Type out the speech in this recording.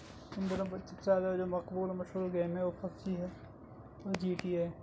ان دنوں بچوں زیادہ جو مقبول و مشہور گیم ہے وہ پپ جی ہے جی ٹی اے